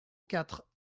quatre